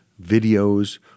videos